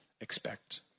expect